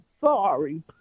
sorry